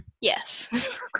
Yes